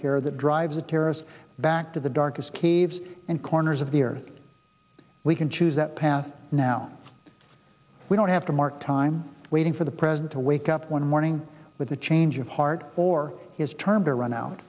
terror that drives the terrorists back to the darkest caves and corners of the earth we can choose that path now we don't have to mark time waiting for the present to wake up one morning with a change of heart or his term to run out